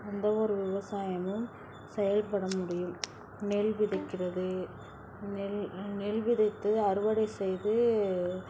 எந்த ஒரு விவசாயமும் செயல்பட முடியும் நெல் விதைக்கிறது நெல் நெல் விதைத்து அறுவடை செய்து